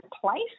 place